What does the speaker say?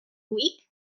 week